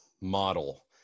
model